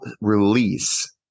release